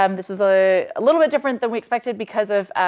um this is a, a little bit different than we expected because of,